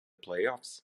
playoffs